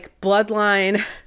bloodline